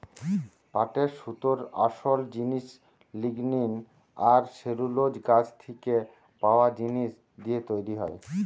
পাটের সুতোর আসোল জিনিস লিগনিন আর সেলুলোজ গাছ থিকে পায়া জিনিস দিয়ে তৈরি হয়